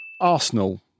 Arsenal